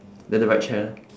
then the right chair